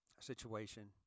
situation